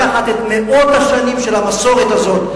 לקחת את מאות השנים של המסורת הזאת,